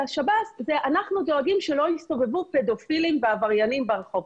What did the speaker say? שב"ס הוא שהם דואגים שלא יסתובבו פדופילים ועבריינים ברחוב.